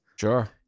Sure